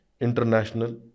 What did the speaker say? international